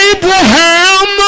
Abraham